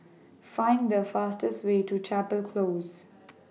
Find The fastest Way to Chapel Close